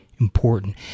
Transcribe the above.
important